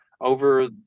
over